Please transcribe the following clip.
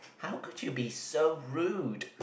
how could you be so rude